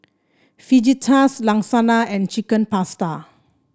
Fajitas Lasagna and Chicken Pasta